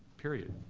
period.